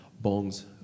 Bong's